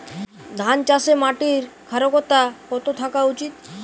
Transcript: ধান চাষে মাটির ক্ষারকতা কত থাকা উচিৎ?